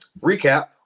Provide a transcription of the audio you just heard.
recap